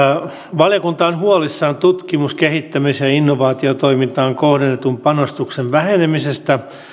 valiokunta on huolissaan tutkimus kehittämis ja innovaatiotoimintaan kohdennetun panostuksen vähenemisestä